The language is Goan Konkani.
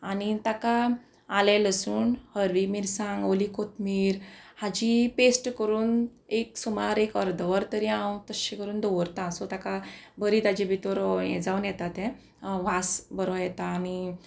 आनी ताका आलें लसूण हरवी मिरसांग ओली कोथमीर हाची पेस्ट करून एक सुमार एक अर्द वर तरी हांव तश्शें करून दवरता सो ताका बरी ताजे भितर हें जावन येता तें वास बरो येता आनी